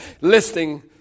listing